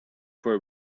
for